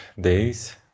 days